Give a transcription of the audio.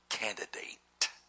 Candidate